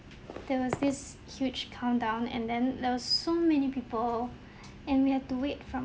there was this huge countdown and then there was so many people and we have to wait from